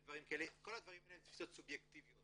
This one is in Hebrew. כל הדברים האלה הן תפיסות סובייקטיביות